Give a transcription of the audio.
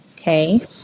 okay